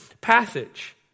passage